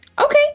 Okay